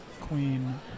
Queen